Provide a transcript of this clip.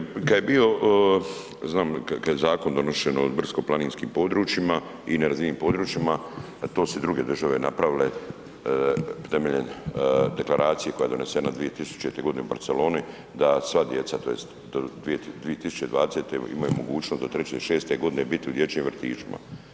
Pa sada ste rekli, znam kada je zakon donošen o brdsko-planinskim područjima i nerazvijenim područjima, to su i druge države napravile temeljem deklaracije koja je donesena 2000. godine u Barceloni da sva djeca tj. do 2020. imaju mogućnost od 3. do 6. godine biti u dječjim vrtićima.